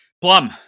Plum